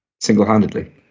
single-handedly